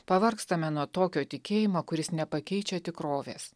pavargstame nuo tokio tikėjimo kuris nepakeičia tikrovės